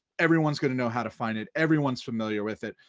everyone's gonna know how to find it, everyone's familiar with it,